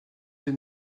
des